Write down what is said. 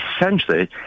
essentially